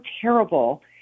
terrible